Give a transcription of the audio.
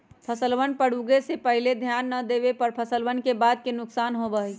फसलवन पर उगे से पहले ध्यान ना देवे पर फसलवन के बाद के नुकसान होबा हई